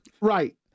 right